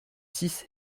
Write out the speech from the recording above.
six